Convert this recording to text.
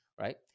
right